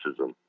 racism